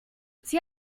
sie